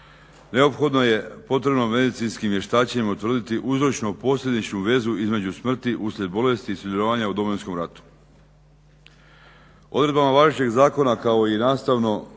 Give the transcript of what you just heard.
neophodno je potrebno medicinskim vještačenjem utvrditi uzročno posljedičnu vezu između smrti uslijed bolesti i sudjelovanja u Domovinskom ratu. Odredbama važećeg zakona kao i nastavno